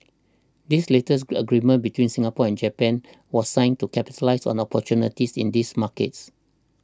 this latest agreement between Singapore and Japan was signed to capitalise on opportunities in these markets